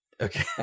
Okay